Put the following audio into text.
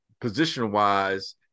position-wise